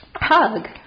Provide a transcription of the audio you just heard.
Hug